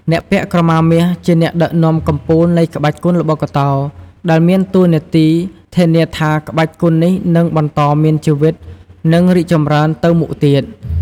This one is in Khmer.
អ្នកពាក់ក្រមាមាសជាអ្នកដឹកនាំកំពូលនៃគុនល្បុក្កតោ ដែលមានតួនាទីធានាថាក្បាច់គុននេះនឹងបន្តមានជីវិត និងរីកចម្រើនទៅមុខទៀត។